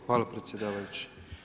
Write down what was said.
Hvala predsjedavajući.